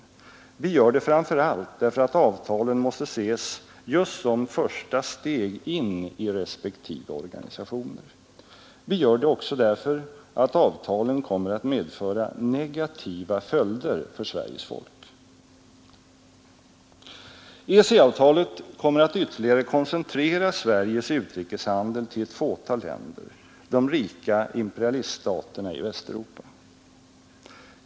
Det gör det framför allt därför att avtalen måste ses just som första steg in i respektive organisationer. Vi gör det också därför att avtalen kommer att medföra negativa följder för Sveriges folk EEC-avtalet kommer att ytterligare koncentrera Sveriges utrikeshandel till ett fåtal länder — de rika imperialiststaterna i Västeuropa.